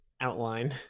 outline